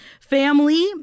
family